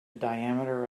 diameter